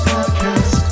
Podcast